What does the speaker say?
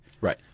Right